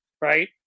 Right